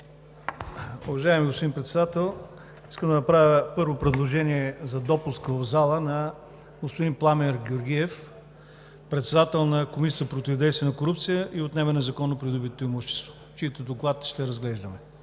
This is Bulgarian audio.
Уважаеми господин Председател, искам да направя първо предложение за допуск в залата на господин Пламен Георгиев – председател на Комисията за противодействие на корупцията и за отнемане на незаконно придобитото имущество, чийто доклад ще разглеждаме.